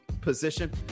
position